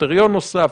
קריטריון נוסף,